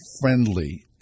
friendly